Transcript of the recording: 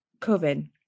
COVID